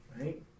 Right